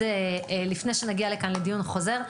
לפני שנגיע לכאן לדיון חוזר,